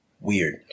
weird